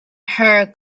her